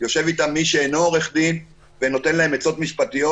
יושב איתם מי שאינו עורך דין ונותן להם עצות משפטיות.